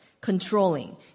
controlling